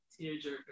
tearjerker